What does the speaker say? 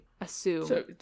assume